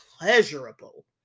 pleasurable